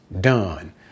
done